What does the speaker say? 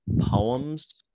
poems